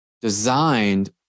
designed